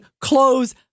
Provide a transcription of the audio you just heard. close